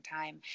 time